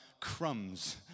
crumbs